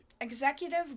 executive